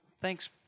Thanks